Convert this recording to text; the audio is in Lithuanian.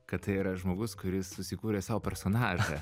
kad tai yra žmogus kuris susikūrė sau personažą